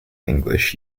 english